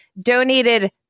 donated